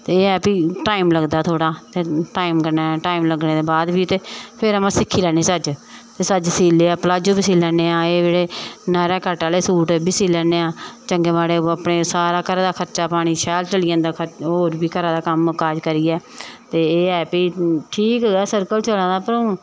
ते एह् ऐ भाई टाइम लगदा थोह्ड़ा ते टाइम कन्नै टाइम लग्गने दे बाद बी ते फिर अ'ऊं सिक्खी लैन्नी चज्ज ते प्लाजो बी सी लैन्ने आं एह् जेह्ड़े नायरा कट आह्ले सूट एह् बी सी लैन्ने आं चंगे माड़े मुट्टे अपने घरै दा खर्चा पानी शैल चली जंदा होर बी घरै दा कम्म काज करियै ते एह् ऐ भाई ठीक ऐ सर्कल चला दा पर हून